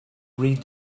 read